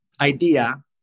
idea